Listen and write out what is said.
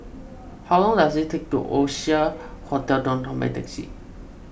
how long does it take to Oasia Hotel Downtown by taxi